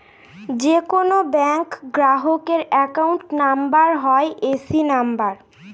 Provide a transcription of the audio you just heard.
যে কোনো ব্যাঙ্ক গ্রাহকের অ্যাকাউন্ট নাম্বার হয় এ.সি নাম্বার